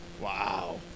Wow